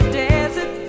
desert